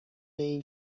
این